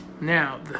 Now